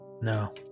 No